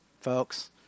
Folks